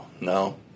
no